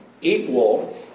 Equal